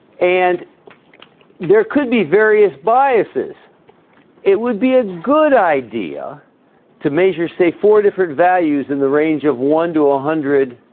and there could be various biases it would be a good idea to measure say for different values in the range of one to a hundred